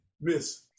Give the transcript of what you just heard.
Miss